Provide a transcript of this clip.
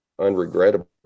unregrettable